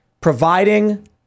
providing